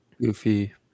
Goofy